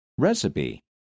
Recipe